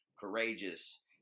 courageous